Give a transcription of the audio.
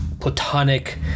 Platonic